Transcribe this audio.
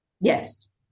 yes